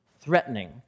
threatening